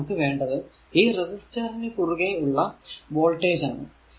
ഇവിടെ നമുക്ക് വേണ്ടത് ഈ റെസിസ്റ്റർ നു കുറുകെ ഉള്ള വോൾടേജ് ആണ്